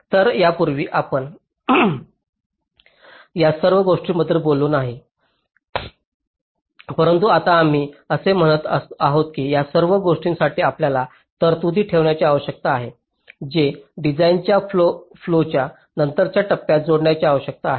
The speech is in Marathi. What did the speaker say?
तर यापूर्वी आम्ही या सर्व गोष्टींबद्दल बोललो नाही परंतु आता आम्ही असे म्हणत आहोत की या सर्व गोष्टींसाठी आपल्याला तरतुदी ठेवण्याची आवश्यकता आहे जे डिझाइनच्या फ्लोच्या नंतरच्या टप्प्यात जोडण्याची आवश्यकता आहे